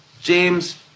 James